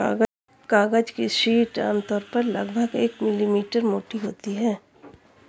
कागज की एक शीट आमतौर पर लगभग एक मिलीमीटर मोटी होती है